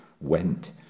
went